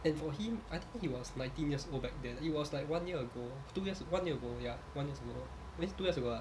and for him I think he was nineteen years old back then it was like one year ago two years one year ago ya one years ago wait two years ago ah